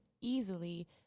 easily